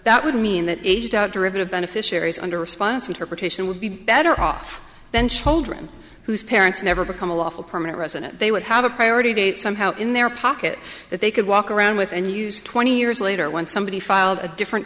that would mean that eight out derivative beneficiaries under response interpretation would be better off than children whose parents never become a lawful permanent resident they would have a priority date somehow in their pocket that they could walk around with and use twenty years later when somebody filed a different